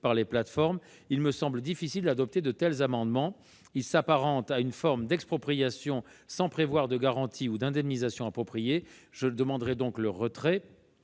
par les plateformes, il me semble difficile d'adopter de tels amendements : ils s'apparentent à une forme d'expropriation sans prévoir de garanties ou d'indemnisation appropriée. Telles sont les raisons